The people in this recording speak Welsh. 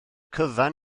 cyfan